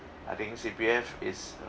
I think C_P_F is uh